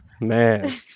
Man